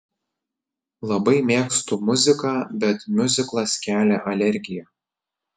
labai mėgstu muziką bet miuziklas kelia alergiją